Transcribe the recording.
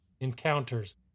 encounters